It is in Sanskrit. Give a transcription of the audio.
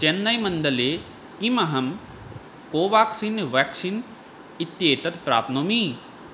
चेन्नैमण्डले किमहं कोवाक्सिन् व्याक्सीन् इत्येतत् प्राप्नोमि